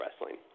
wrestling